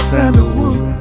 Sandalwood